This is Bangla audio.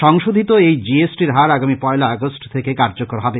সংশোধিত এই জি এস টি র হার আগামী পয়লা আগষ্ট থেকে কার্যকর হবে